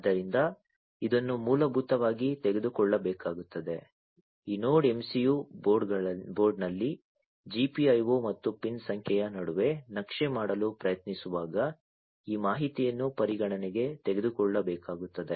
ಆದ್ದರಿಂದ ಇದನ್ನು ಮೂಲಭೂತವಾಗಿ ತೆಗೆದುಕೊಳ್ಳಬೇಕಾಗುತ್ತದೆ ಈ ನೋಡ್ MCU ಬೋರ್ಡ್ನಲ್ಲಿ GPIO ಮತ್ತು ಪಿನ್ ಸಂಖ್ಯೆಯ ನಡುವೆ ನಕ್ಷೆ ಮಾಡಲು ಪ್ರಯತ್ನಿಸುವಾಗ ಈ ಮಾಹಿತಿಯನ್ನು ಪರಿಗಣನೆಗೆ ತೆಗೆದುಕೊಳ್ಳಬೇಕಾಗುತ್ತದೆ